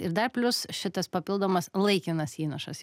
ir dar plius šitas papildomas laikinas įnašas